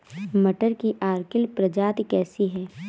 मटर की अर्किल प्रजाति कैसी है?